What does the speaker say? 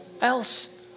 else